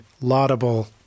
laudable